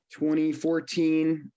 2014